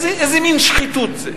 איזה מין שחיתות זה?